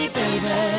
baby